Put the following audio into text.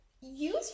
use